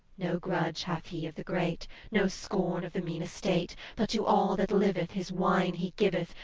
no grudge hath he of the great no scorn of the mean estate but to all that liveth his wine he giveth,